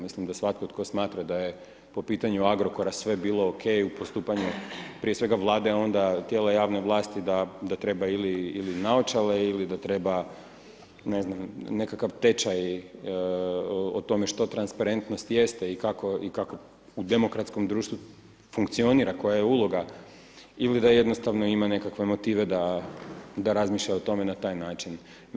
Mislim da svatko tko smatra da je po pitanju Agrokora sve bilo ok u postupanju prije svega Vlade a onda tijela javne vlasti da trebaju ili naočale ili da treba ne znam, nekakav tečaj o tome što transparentnost jeste i kako u demokratskom društvu funkcionira, koja je uloga ili da jednostavno ima nekakve motive da razmišlja o tome na taj način.